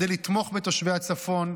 כדי לתמוך בתושבי הצפון,